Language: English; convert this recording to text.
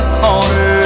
corner